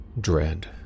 Dread